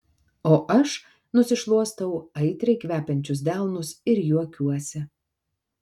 o aš nusišluostau aitriai kvepiančius delnus ir juokiuosi